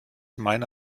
meine